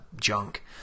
junk